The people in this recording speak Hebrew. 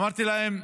אמרתי להם: